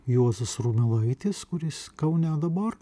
juozas rumelaitis kuris kaune dabar